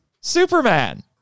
Superman